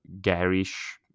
garish